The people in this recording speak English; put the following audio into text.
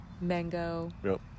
mango